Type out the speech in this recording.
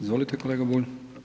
Izvolite kolega Bulj.